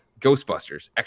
ghostbusters